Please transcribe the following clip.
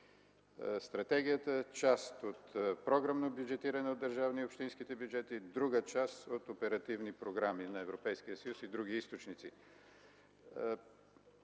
Стратегията, част от програмно бюджетиране от държавния и общинските бюджети, друга част от оперативни програми на Европейския съюз и други източници.